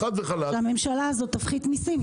שהממשלה הזאת תפחית מסים.